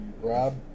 Rob